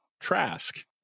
Trask